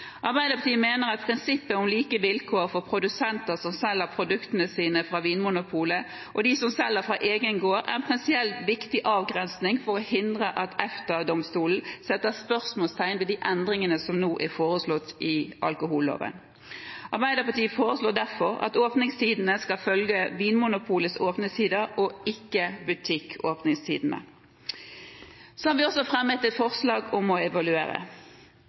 Arbeiderpartiet mener at prinsippet om like vilkår for produsenter som selger produktene sine fra Vinmonopolet, og de som selger fra egen gård, er en prinsipielt viktig avgrensning for å hindre at EFTA-domstolen setter spørsmålstegn ved de endringene som nå er foreslått i alkoholloven. Arbeiderpartiet foreslår derfor at åpningstidene skal følge Vinmonopolets åpningstider og ikke butikkåpningstidene. Så har vi også fremmet et forslag om å evaluere